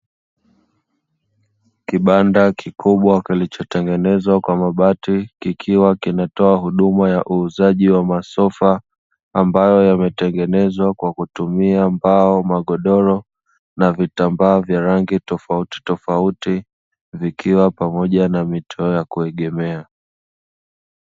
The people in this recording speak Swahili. Kibanda kikubwa kilichotengenezwa kwa mabati kikiwa kinatoa huduma ya uuzaji wa masofa, ambayo yametengenezwa kwa kutumia mbao, magodoro na vitambaa vya rangi tofauti tofauti vikiwa pamoja na mito ya kuegemea.